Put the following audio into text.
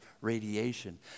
radiation